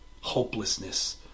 hopelessness